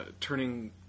turning